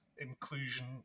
inclusion